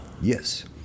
yes